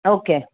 okay